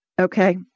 Okay